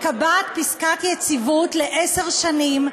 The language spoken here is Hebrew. מקבעת פסקת יציבות לעשר שנים.